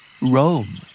Rome